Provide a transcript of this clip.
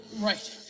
Right